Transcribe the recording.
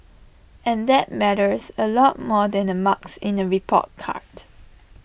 and that matters A lot more than marks in A report card